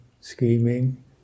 scheming